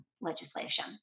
legislation